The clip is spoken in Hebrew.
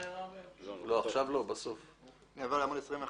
עמ' 25